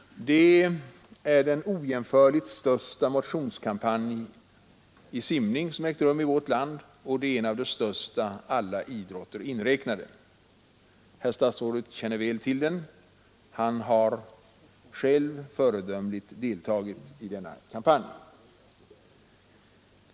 Detta är den ojämförligt största motionskampanj i simning som ägt rum i vårt land och det är en av de största, alla idrotter inräknade. Herr statsrådet känner väl till den. Han har själv föredömligt deltagit i denna kampanj.